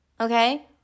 Okay